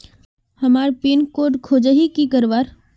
हमार pin code खोजोही की करवार?